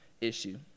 issue